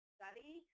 study